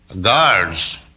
guards